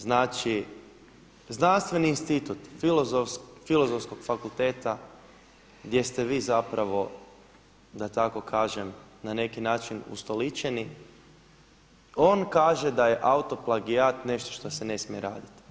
Znači Znanstveni institut Filozofskog fakulteta gdje ste vi zapravo da tako kažem na neki način ustoličeni on kaže da je autoplagijat nešto što se ne smije raditi.